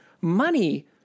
money